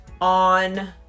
on